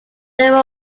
there